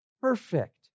perfect